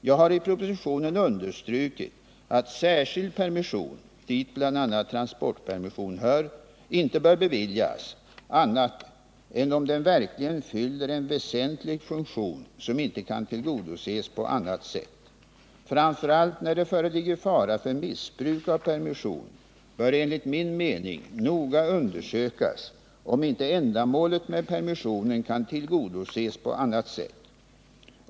Jag har i propositionen understrukit att särskild permission, dit bl.a. transportpermission hör, inte bör beviljas annat än om den verkligen fyller en 35 väsentlig funktion som inte kan tillgodoses på annat sätt. Framför allt när det föreligger fara för missbruk av permission bör, enligt min mening, noga undersökas om inte ändamålet med permissionen kan tillgodoses på annat sätt.